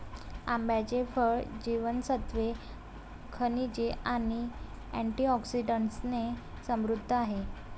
आंब्याचे फळ जीवनसत्त्वे, खनिजे आणि अँटिऑक्सिडंट्सने समृद्ध आहे